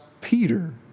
Peter